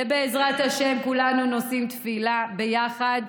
בעזרת השם כולנו נושאים תפילה ביחד.